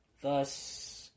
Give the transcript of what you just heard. thus